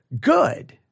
good